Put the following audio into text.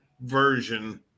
version